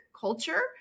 culture